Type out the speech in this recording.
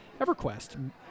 EverQuest